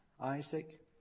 Isaac